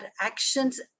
actions